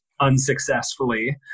unsuccessfully